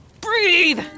breathe